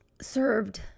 served